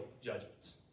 judgments